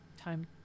time